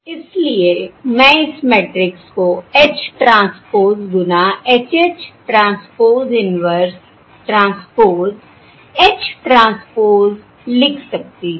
इसलिए मैं इस मैट्रिक्स को H ट्रांसपोज़ गुना H H transpose inverse transpose H transpose लिख सकती हूं